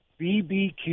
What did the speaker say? BBQ